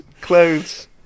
clothes